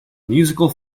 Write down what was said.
musical